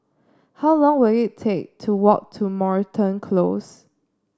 how long will it take to walk to Moreton Close